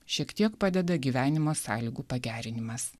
šiek tiek padeda gyvenimo sąlygų pagerinimas